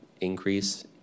increase